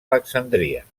alexandria